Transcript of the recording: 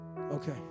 Okay